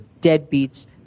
deadbeats